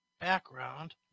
Background